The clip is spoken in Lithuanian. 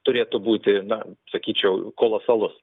turėtų būti na sakyčiau kolosalus